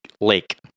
lake